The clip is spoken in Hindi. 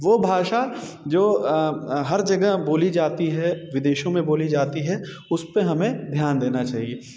वो भाषा जो हर जगह बोली जाती है विदेशों में बोली जाती है उसपे हमें ध्यान देना चाहिए